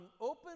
open